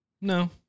No